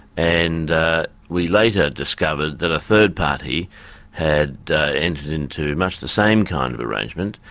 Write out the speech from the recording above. and we later discovered that a third party had entered into much the same kind of arrangement,